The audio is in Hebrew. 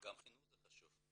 גם חינוך זה חשוב.